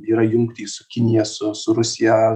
yra jungtys su kinija su su rusija